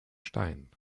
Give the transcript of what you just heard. stein